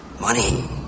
money